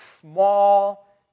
small